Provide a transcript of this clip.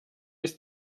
ist